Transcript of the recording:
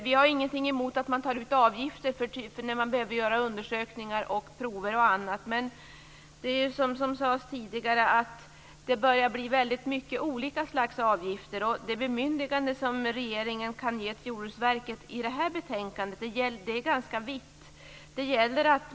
Vi har ingenting emot att man tar ut avgifter när man behöver göra undersökningar och ta prover. Som det sades tidigare börjar det bli väldigt många olika slags avgifter. Det bemyndigande som regeringen kan ge Jordbruksverket enligt det här betänkandet är ganska vitt.